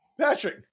Patrick